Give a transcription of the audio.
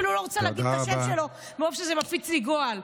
אני אפילו לא רוצה להגיד את השם שלו מרוב שזה מפיץ לי גועל.